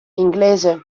inglese